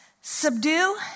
Subdue